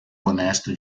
honesto